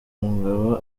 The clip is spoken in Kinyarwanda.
umugabo